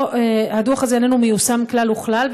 הדוח הזה איננו מיושם כלל וכלל,